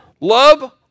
love